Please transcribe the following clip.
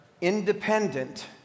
independent